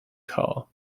car